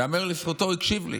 ייאמר לזכותו, הוא הקשיב לי.